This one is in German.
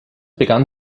begann